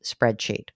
spreadsheet